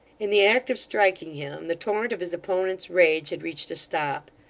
in the act of striking him, the torrent of his opponent's rage had reached a stop.